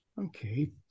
Okay